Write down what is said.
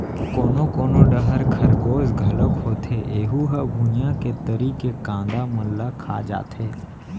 कोनो कोनो डहर खरगोस घलोक होथे ऐहूँ ह भुइंया के तरी के कांदा मन ल खा जाथे